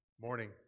morning